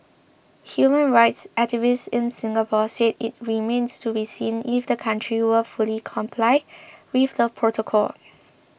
human rights activists in Singapore said it remained to be seen if the country would fully comply with the protocol